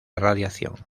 radiación